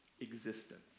existence